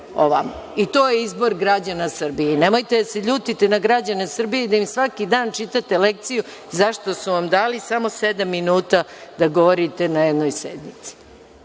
To je izbor građana Srbije. Nemojte da se ljutite na građane Srbije i da im svaki dan čitate lekciju zašto su vam dali samo sedam minuta da govorite na jednoj sednici.